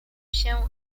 się